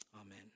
Amen